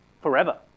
forever